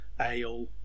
ale